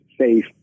safe